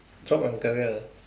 job and career